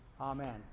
Amen